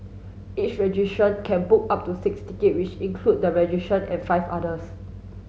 each registrant can book up to six ticket which include the registrant and five others